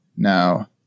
Now